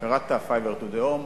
Fiber To The Home,